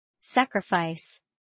Sacrifice